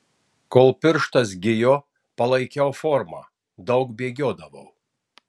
kol pirštas gijo palaikiau formą daug bėgiodavau